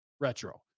retro